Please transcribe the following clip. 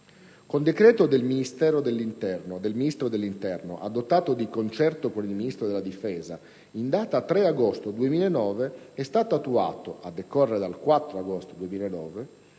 Con decreto del Ministro dell'interno, adottato di concerto con il Ministro della difesa, in data 3 agosto 2009 è stato attuato, a decorrere dal 4 agosto 2009,